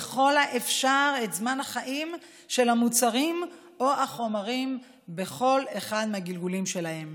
ככל האפשר את זמן החיים של המוצרים או החומרים בכל אחד מהגלגולים שלהם.